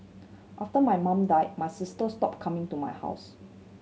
after my mum died my sister stopped coming to my house